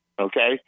Okay